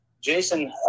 Jason